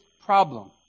problem